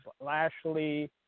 Lashley